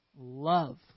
love